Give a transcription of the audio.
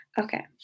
Okay